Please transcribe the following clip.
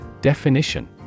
Definition